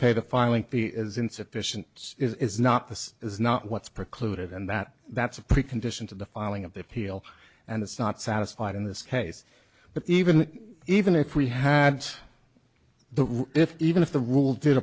fee is insufficient is not this is not what's precluded and that that's a precondition to the filing of the appeal and it's not satisfied in this case but even even if we had the rule if even if the rule did